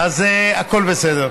אז הכול בסדר.